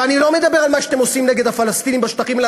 ואני לא מדבר על מה שאתם עושים נגד הפלסטינים בשטחים,